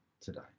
today